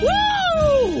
Woo